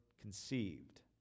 conceived